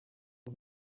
bwo